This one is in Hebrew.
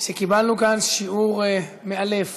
שקיבלנו כאן שיעור מאלף